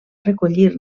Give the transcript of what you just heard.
recollir